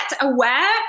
aware